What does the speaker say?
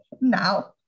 now